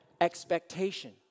expectation